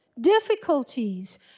difficulties